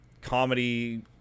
comedy